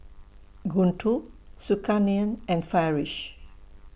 Guntur Zulkarnain and Farish